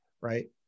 right